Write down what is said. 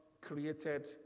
created